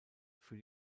für